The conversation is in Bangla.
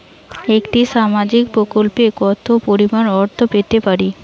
একটি সামাজিক প্রকল্পে কতো পরিমাণ অর্থ পেতে পারি?